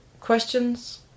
questions